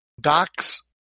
docks